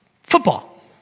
football